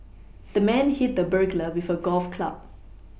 the man hit the burglar with a golf club